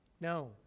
No